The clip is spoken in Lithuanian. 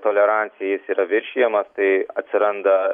tolerancija jis yra viršijamas tai atsiranda